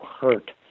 hurt